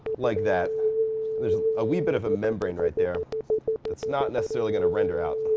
like that. and there's a wee bit of a membrane right there that's not necessarily gonna render out.